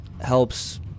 helps